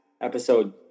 episode